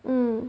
mm